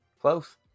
Close